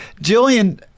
Jillian